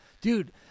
dude